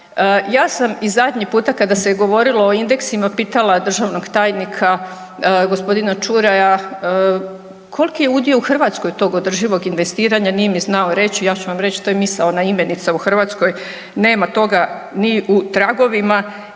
Ja sam i zadnji puta kada se je govorilo o indeksima pitala državnog tajnika gospodina Ćuraja koliki je udio u Hrvatskoj tog održivog investiranja nije mi znao reći ja ću vam reći to je misaona imenica u Hrvatskom nema toga ni u tragovima.